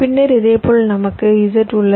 பின்னர் இதேபோல் நமக்கு z உள்ளது